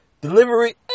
delivery